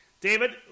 David